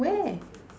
where